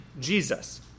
Jesus